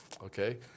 Okay